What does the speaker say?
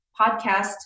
podcast